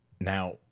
Now